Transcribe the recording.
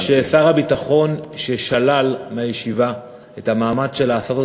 אני מקווה ששר הביטחון ששלל מהישיבה את המעמד שלה עשה זאת